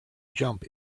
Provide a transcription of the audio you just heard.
jump